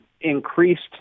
increased